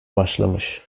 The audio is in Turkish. başlamış